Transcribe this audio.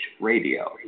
Radio